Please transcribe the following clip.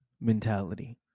mentality